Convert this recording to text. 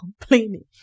complaining